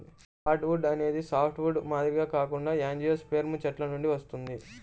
hardwood అనేది softwood మాదిరిగా కాకుండా యాంజియోస్పెర్మ్ చెట్ల నుండి వస్తుంది